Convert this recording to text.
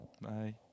Bye